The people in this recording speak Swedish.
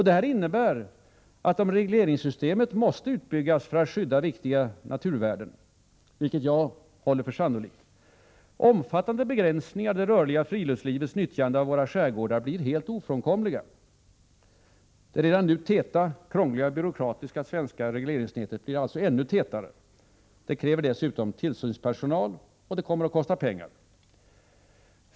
Detta innebär att — om regleringssystemet måste byggas ut för att skydda viktiga naturvärden, vilket jag håller för sannolikt — omfattande begränsningar av det rörliga friluftslivets nyttjande av våra skärgårdar blir helt ofrånkomliga. Det redan nu täta, krångliga och byråkratiska svenska regleringsnätet blir ännu tätare. Det kräver dessutom tillsynspersonal, och det kommer att kosta pengar.